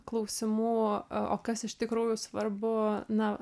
klausimų o kas iš tikrųjų svarbu na